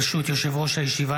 ברשות יושב-ראש הישיבה,